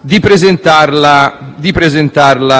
di presentarla ugualmente.